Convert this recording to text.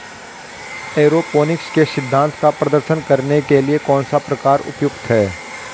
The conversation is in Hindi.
एयरोपोनिक्स के सिद्धांत का प्रदर्शन करने के लिए कौन सा प्रकार उपयुक्त है?